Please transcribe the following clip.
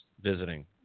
visiting